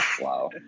Wow